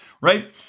right